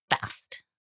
fast